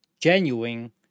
genuine